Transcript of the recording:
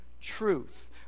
truth